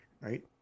Right